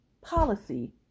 policy